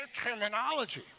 terminology